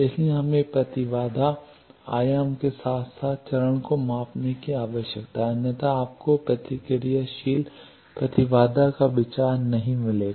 इसलिए हमें प्रतिबाधा आयाम के साथ साथ चरण को मापने की आवश्यकता है अन्यथा आपको प्रतिक्रियाशील प्रतिबाधा का विचार नहीं मिलेगा